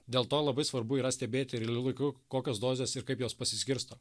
dėl to labai svarbu yra stebėti realiu laiku kokios dozės ir kaip jos pasiskirsto